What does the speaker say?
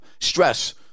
stress